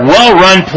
Well-run